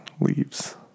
leaves